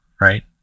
right